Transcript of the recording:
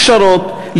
הכשרות,